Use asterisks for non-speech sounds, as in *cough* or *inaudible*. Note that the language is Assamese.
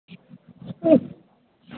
*unintelligible*